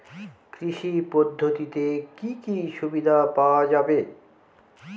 কৃষি পদ্ধতিতে কি কি সুবিধা পাওয়া যাবে?